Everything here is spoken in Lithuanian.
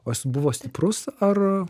o jis buvo stiprus ar